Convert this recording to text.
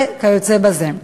וכיוצא בזה.